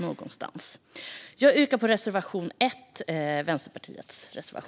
Jag yrkar bifall till reservation 1 från Vänsterpartiet.